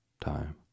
time